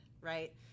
right